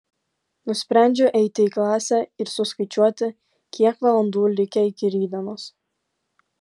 nusprendžiu eiti į klasę ir suskaičiuoti kiek valandų likę iki rytdienos